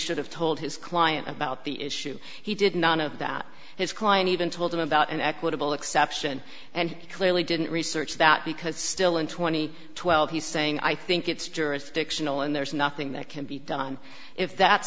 should have told his client about the issue he did none of that his client even told him about an equitable exception and clearly didn't research that because still in twenty twelve he's saying i think it's jurisdictional and there's nothing that can be done if that